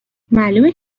معلومه